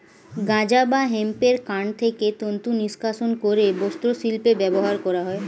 গাঁজা বা হেম্পের কান্ড থেকে তন্তু নিষ্কাশণ করে বস্ত্রশিল্পে ব্যবহার করা হয়